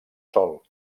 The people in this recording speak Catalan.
sol